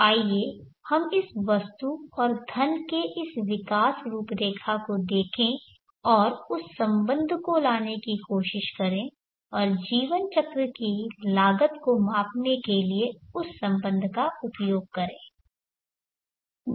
तो आइए हम इस वस्तु और धन के इस विकास रूपरेखा को देखें और उस संबंध को लाने की कोशिश करें और जीवन चक्र की लागत को मापने के लिए उस संबंध का उपयोग करें